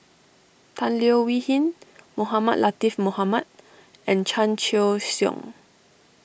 Tan Leo Wee Hin Mohamed Latiff Mohamed and Chan Choy Siong